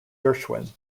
gershwin